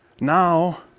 Now